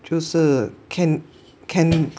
就是 can can